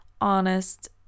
honest